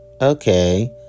Okay